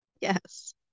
yes